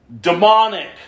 Demonic